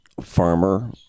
farmer